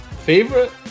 Favorite